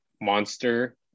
monster